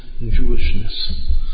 Jewishness